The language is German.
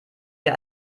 wir